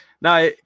now